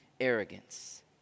arrogance